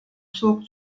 zog